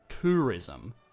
Tourism